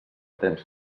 temps